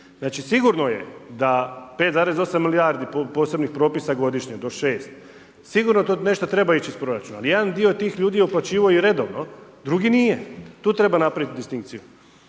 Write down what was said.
Znači sigurno je da 5,8 milijardi posebnih propisa godišnje do 6, sigurno to nešto treba ići iz proračuna. Ali jedan dio tih ljudi je uplaćivao i redovno, drugi nije. Tu treba napravit distinkciju